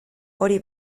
hori